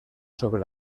sobre